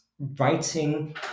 Writing